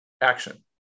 action